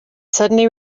suddenly